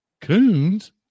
Coons